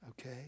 Okay